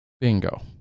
Bingo